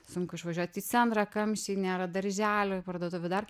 sunku išvažiuot į centrą kamščiai nėra darželių parduotuvių dar